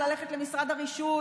ללכת למשרד הרישוי,